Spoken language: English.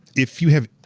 if you have